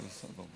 זה בסדר.